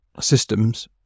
systems